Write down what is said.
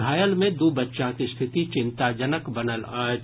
घायल मे दू बच्चाक स्थिति चिंताजनक बनल अछि